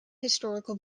historical